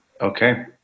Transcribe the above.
okay